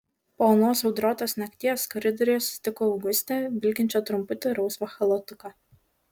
po anos audrotos nakties koridoriuje sutiko augustę vilkinčią trumputį rausvą chalatuką